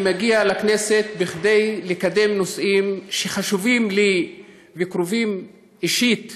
אני מגיע לכנסת כדי לקדם נושאים שחשובים לי וקרובים אישית